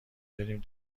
بریم